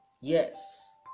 Yes